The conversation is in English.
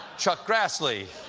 chuck grassley.